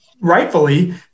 rightfully